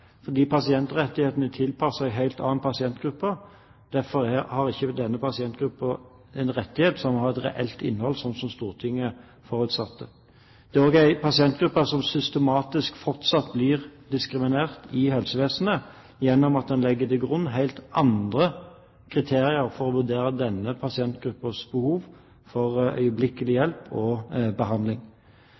fordi pasientrettighetene er tilpasset en helt annen pasientgruppe. Derfor har ikke denne pasientgruppen rettigheter med et reelt innhold, slik som Stortinget har forutsatt. Det er en pasientgruppe som fortsatt systematisk blir diskriminert i helsevesenet, ved at man legger til grunn helt andre kriterier for å vurdere denne pasientgruppens behov for øyeblikkelig hjelp og behandling.